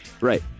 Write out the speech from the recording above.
Right